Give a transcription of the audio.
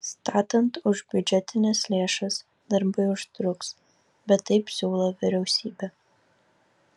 statant už biudžetines lėšas darbai užtruks bet taip siūlo vyriausybė